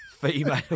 female